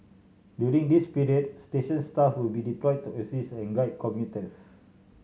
during this period station staff will be deployed to assist and guide commuters